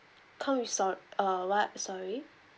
come with sor~ uh what sorry